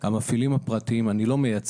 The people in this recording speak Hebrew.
אני לא מייצג את המפעילים הפרטיים אבל הם